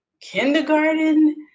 kindergarten